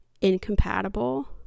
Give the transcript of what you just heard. incompatible